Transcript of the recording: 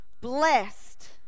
Blessed